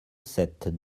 sept